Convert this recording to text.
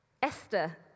Esther